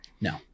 No